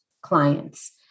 clients